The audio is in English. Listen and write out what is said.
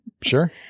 Sure